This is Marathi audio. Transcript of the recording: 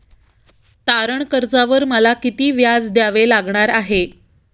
तारण कर्जावर मला किती व्याज द्यावे लागणार आहे?